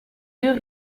deux